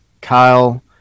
Kyle